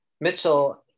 Mitchell